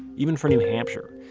even for new hampshire.